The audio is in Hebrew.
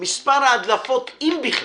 מספר ההדלפות, אם בכלל,